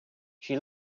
she